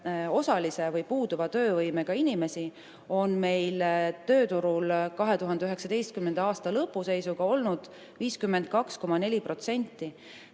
osalise või puuduva töövõimega inimesi oli tööturul 2019. aasta lõpu seisuga 52,4%,